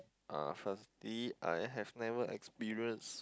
uh firstly I have never experienced